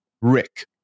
rick